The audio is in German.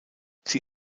sie